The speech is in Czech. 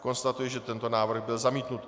Konstatuji, že tento návrh byl zamítnut.